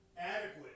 Adequate